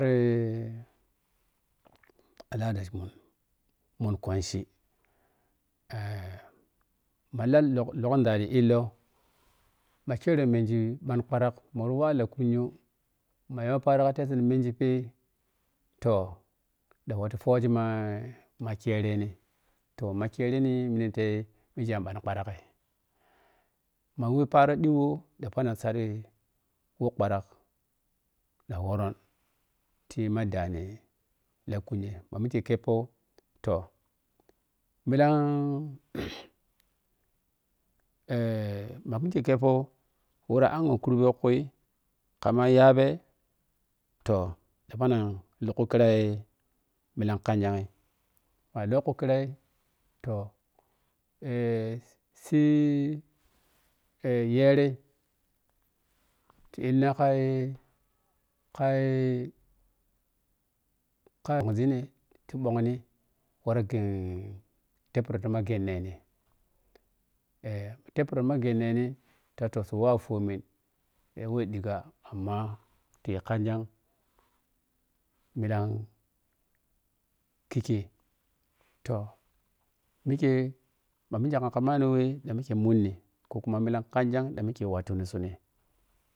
Aladash mun munkwanchi eh ma lag log loghonzali illo kere mengi bhan bharag ma yoparakater mengi peh toh ɗan watu fajima eh ma kerine toh ma kereni nite mike an bhan bharag wo paaro ɗo ɗan phanag saadi wo pharag ɗan woron tima daani lakunkyoi ma mike kepph toh milling ma mike keppa war anghe kurɓe kui ka ma yaɓe toh ɗan phanang liku khira milling khangyag ma loku khirai toh eh sii terrai ti illina kai kai ka wuziine ti bhong ni wur teppiti ma gheneni ta toh sii wa fohmin we ɗhiga amma t iyi khanghan milling khikei ɗamike muni to kokuma milling khanghang ɗa mike watfu ni sunn.